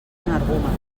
energúmens